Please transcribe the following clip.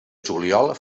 juliol